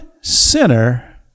sinner